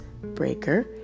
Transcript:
Breaker